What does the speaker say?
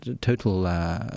total